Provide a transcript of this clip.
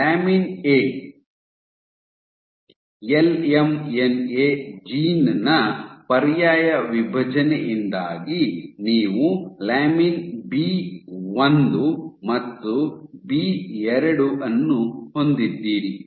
lamin A LMNA gene ನ ಪರ್ಯಾಯ ವಿಭಜನೆಯಿಂದಾಗಿ ನೀವು ಲ್ಯಾಮಿನ್ ಬಿ 1 ಮತ್ತು ಬಿ 2 ಅನ್ನು ಹೊಂದಿದ್ದೀರಿ